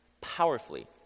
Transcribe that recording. powerfully